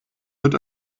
wird